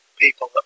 people